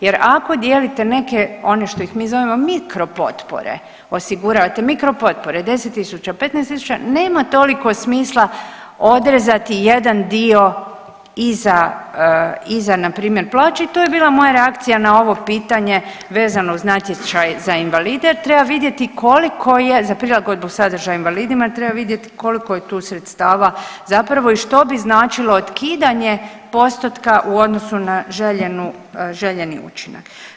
Jer, ako dijelite neke one što ih mi zovemo, mikropotpore osiguravate, mikropotpore, 10 tisuća, 15 tisuća, nema toliko smisla odrezati jedan dio i za npr. plaće i to je bila moja reakcija na ovo pitanje vezano uz natječaj za invalide jer treba vidjeti koliko je, za prilagodbu sadržaja invalidima jer treba vidjeti koliko je tu sredstava zapravo i što bi značilo otkidanje postotka u odnosu na željeni učinak.